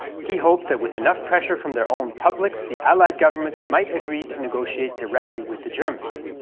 he hoped that with enough pressure from their own public the allied governments might agree to negotiate directly with the germans.